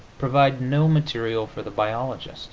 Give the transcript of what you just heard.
provide no material for the biologist